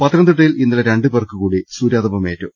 പത്തനംതിട്ടയിൽ ഇന്നലെ രണ്ടുപേർക്കുകൂടി സൂര്യാതപമേ റ്റു